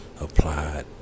Applied